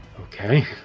Okay